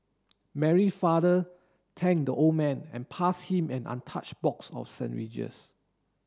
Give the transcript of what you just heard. Mary father thank the old man and pass him an untouched box of sandwiches